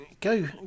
Go